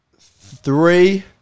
Three